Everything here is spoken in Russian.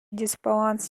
дисбаланс